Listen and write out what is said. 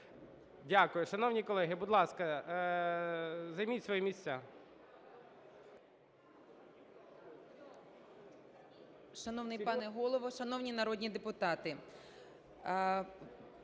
Дякую. Шановні колеги, будь ласка, займіть свої місця.